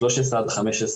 13 15,